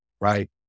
Right